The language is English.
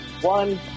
one